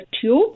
tube